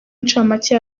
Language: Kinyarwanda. incamake